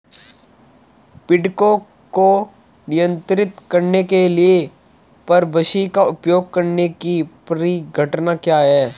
पीड़कों को नियंत्रित करने के लिए परभक्षी का उपयोग करने की परिघटना क्या है?